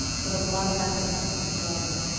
for the blood of asahel his brother.